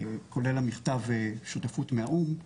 כולל מכתב השותפות מהאו"מ,